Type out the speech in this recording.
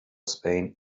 spain